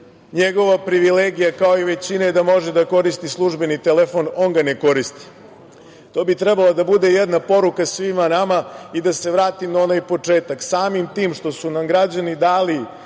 Njegova privilegija je kao i većine da može da koristi službeni telefon, on ga ne koristi. To bi trebala da bude jedna poruka svima nama i da se vratim na onaj početak, samim tim što su nam građani dali